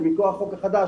זה מכוח החוק החדש,